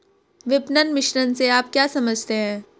विपणन मिश्रण से आप क्या समझते हैं?